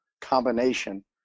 combination